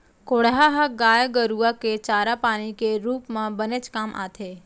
कोंढ़ा ह गाय गरूआ के चारा पानी के रूप म बनेच काम आथे